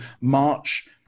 March